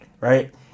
right